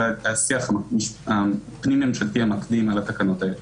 השיח הפנים ממשלתי המקדים על התקנות האלה,